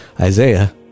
Isaiah